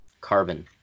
carbon